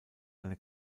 eine